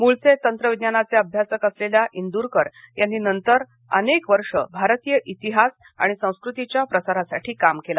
मुळचे तंत्रविज्ञानाचे अभ्यासक असलेल्या इंदरकर यांनी नंतर अनेक वर्ष भारतीय इतिहास आणि संस्कृतीच्या प्रसारासाठी काम केलं